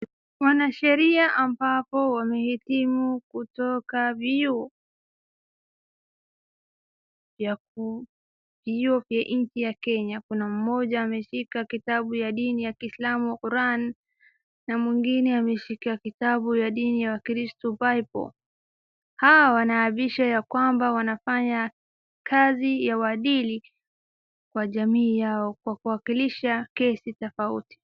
Wanasheria ambapo wamehitimu kutoka vyuo vya nje ya Kenya, kuna mmoja ameshika kitabu ya dini ya kiislamu, koran, na mwingine ameshika kitabu ya dini ya wakristu bible . Hawa wanaapishwa ya kwamba wanafanya kazi ya uadili kwa jamii yao kwa kuwasilisha kesi tofauti.